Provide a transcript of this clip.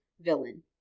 villain